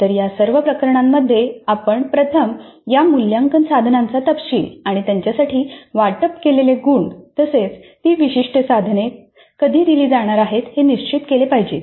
तर या सर्व प्रकरणांमध्ये आपण प्रथम या मूल्यमापन साधनांचा तपशील आणि त्यांच्यासाठी वाटप केलेले गुण तसेच ती विशिष्ट साधने कधी दिली जाणार आहेत हे निश्चित केले पाहिजे